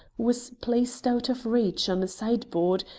was placed out of reach on a sideboard,